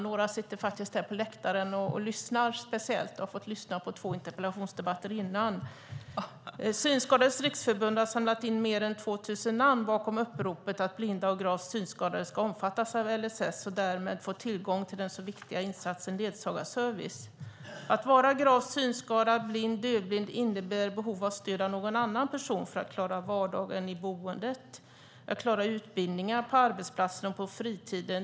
Några sitter faktiskt här på läktaren och lyssnar och har fått lyssna på två interpellationsdebatter innan. Synskadades Riksförbund har samlat in mer än 2 000 namn bakom uppropet att blinda och gravt synskadade ska omfattas av LSS och därmed få tillgång till den så viktiga insatsen ledsagarservice. Att vara gravt synskadad, blind eller dövblind innebär behov av stöd av någon annan person för att klara vardagen i boendet, klara utbildningar, klara sig på arbetsplatsen och på fritiden.